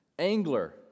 Angler